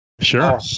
Sure